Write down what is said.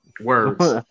Words